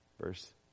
Verse